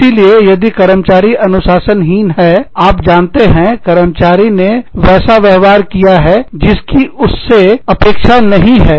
इसलिए यदि कर्मचारी अनुशासनहीन है आप जानते हैं कर्मचारी ने वैसा व्यवहार किया है जिसकी उनसे अपेक्षा नहीं है